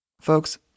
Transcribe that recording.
Folks